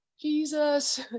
Jesus